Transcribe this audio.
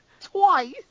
twice